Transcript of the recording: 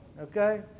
Okay